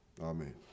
Amen